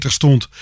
stond